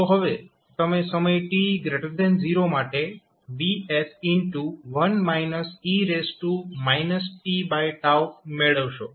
તો હવે તમે સમય t 0 માટે Vs મેળવશો